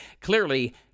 Clearly